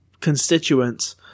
constituents –